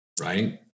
right